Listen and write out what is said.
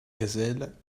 gazelles